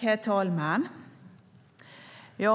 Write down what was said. Herr talman! För